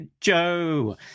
Joe